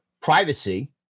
privacy